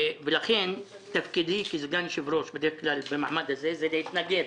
תפקידי כסגן יושב-ראש הכנסת הוא להתנגד